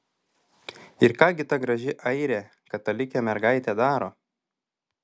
ir ką gi ta graži airė katalikė mergaitė daro